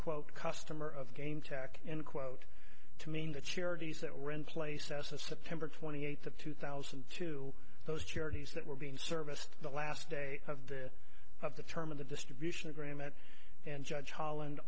quote customer of gain tax in quote to mean the charities that rent place cessna september twenty eighth of two thousand to those charities that were being serviced the last day of the of the term of the distribution agreement and judge holland